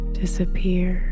disappear